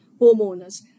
homeowners